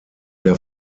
der